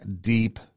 deep